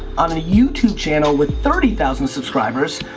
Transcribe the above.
on a youtube channel with thirty thousand subscribers,